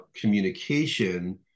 communication